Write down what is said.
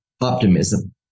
optimism